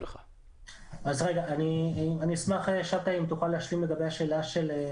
אני אשמח אם תוכל להשלים לגבי השאלה לגבי